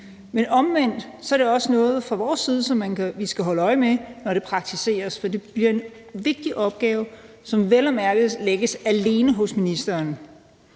men omvendt er det også noget, som vi skal holde øje med, når det praktiseres, for det bliver en vigtig opgave, som vel at mærke alene lægges hos ministeren.